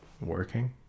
working